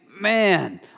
man